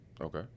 Okay